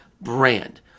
brand